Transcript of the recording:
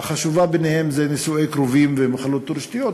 שהחשובה בהן היא נישואי קרובים ומחלות תורשתיות,